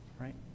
right